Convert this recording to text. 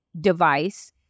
device